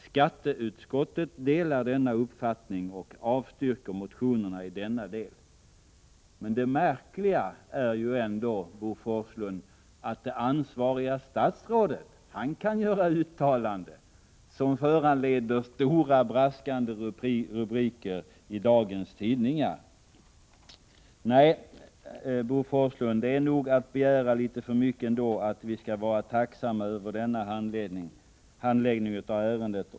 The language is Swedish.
Skatteutskottet delar denna uppfattning och avstyrker motionerna i denna del.” Det märkliga, Bo Forslund, är att det ansvariga statsrådet kan göra uttalanden som föranleder stora, braskande rubriker i dagens tidningar. Nej, Bo Forslund, det är nog att begära litet för mycket att vi skall vara tacksamma över denna handläggning av ärendet.